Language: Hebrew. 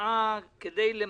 הצבעה אושר.